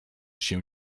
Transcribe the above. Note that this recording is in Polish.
się